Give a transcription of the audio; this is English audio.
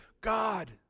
God